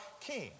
king